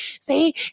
See